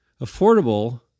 affordable